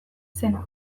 zenak